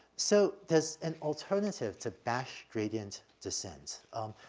so there's an alternative to batch gradient descent. um,